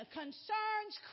concerns